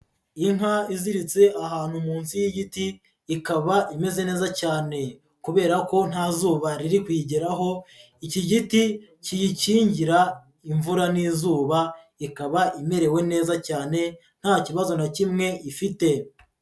Inka iziritse ahantu munsi y'igiti ikaba imeze neza cyane kubera ko nta zuba iri kuyigeraho, iki giti kiyikingira imvura n'izuba ikaba imerewe neza cyane nta kibazo na kimwe ifite.